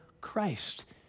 Christ